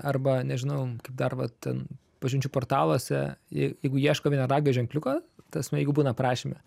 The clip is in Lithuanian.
arba nežinau kaip dar vat ten pažinčių portaluose jei jeigu ieško vienaragio ženkliuko ta prasme jeigu būna aprašyme